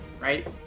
right